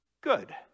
good